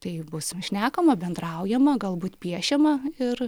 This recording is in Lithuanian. tai bus šnekama bendraujama galbūt piešiama ir